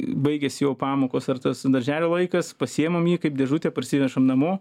baigiasi jo pamokos ar tas darželio laikas pasiimam jį kaip dėžutę parsinešam namo